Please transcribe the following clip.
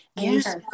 Yes